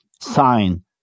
sign